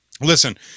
listen